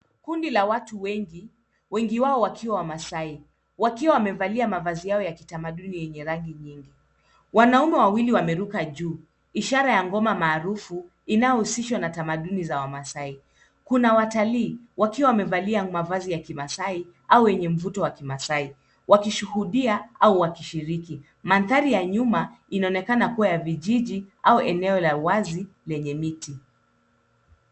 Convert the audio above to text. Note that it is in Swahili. Kundi la watu wengi, wengi wao wakiwa Wamasai, wakiwa wamevalia mavazi yao ya kitamaduni yenye rangi nyingi. Wanaume wawili wameruka juu, ishara ya ngoma maarufu inayohusishwa na tamaduni za Wamasai. Kuna watalii wakiwa wamevalia mavazi ya Kimasai au yenye mvuto wa Kimasai wakishuhudia au wakishiriki. Mandhari ya nyuma inaonekana kuwa ya vijiji au eneo la wazi lenye miti.